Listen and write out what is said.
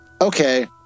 okay